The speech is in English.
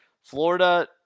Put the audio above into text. Florida